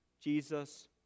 Jesus